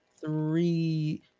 three